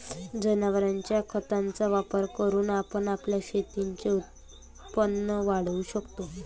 जनावरांच्या खताचा वापर करून आपण आपल्या शेतीचे उत्पन्न वाढवू शकतो